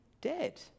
dead